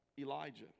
Elijah